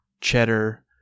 cheddar